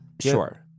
sure